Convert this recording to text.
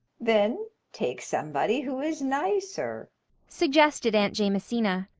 then take somebody who is nicer suggested aunt jamesina.